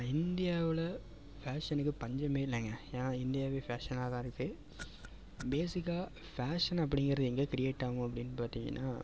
இந்தியாவில் ஃபேஷனுக்கு பஞ்சமே இல்லைங்க ஏன்னா இந்தியாவே ஃபேஷன்னாக தான் இருக்குது பேஸிக்காக ஃபேஷன் அப்படிங்கறது எங்கே க்ரியேட் ஆகும் அப்படின் பார்த்திங்கன்னா